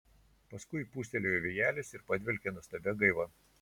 paskui pūstelėjo vėjelis ir padvelkė nuostabia gaiva